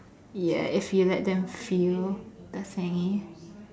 ya if you let them feel the same